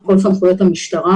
כל סמכויות המשטרה.